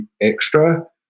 extra